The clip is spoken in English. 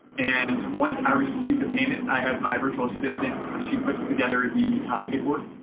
and once i receive the payment i have my virtual assistant, she puts together the paperwork.